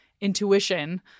intuition